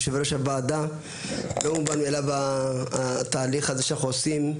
יושב-ראש הוועדה על התהליך הזה שאנחנו עושים,